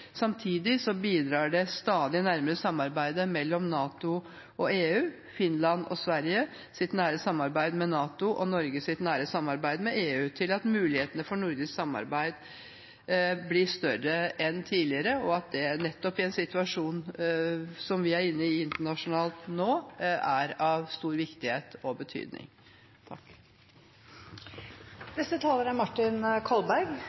Samtidig bidrar det stadig nærmere samarbeidet mellom NATO og EU, Finlands og Sveriges nære samarbeid med NATO og Norges nære samarbeid med EU til at mulighetene for nordisk samarbeid blir større enn tidligere. Nettopp i en situasjon som vi internasjonalt er i nå, er det av stor viktighet og betydning.